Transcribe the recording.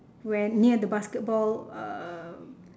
where near the basketball err